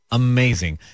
amazing